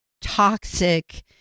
toxic